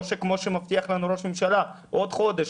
או כמו שמבטיח לנו ראש הממשלה: עוד חודש,